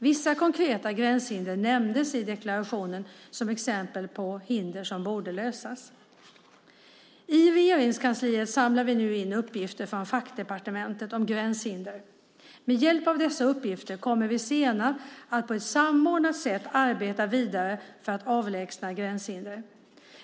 Vissa konkreta gränshinder nämndes i deklarationen som exempel på hinder som borde lösas. I Regeringskansliet samlar vi nu in uppgifter från fackdepartementen om gränshinder. Med hjälp av dessa uppgifter kommer vi sedan att på ett samordnat sätt arbeta vidare för att avlägsna gränshinder.